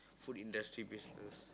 food industry business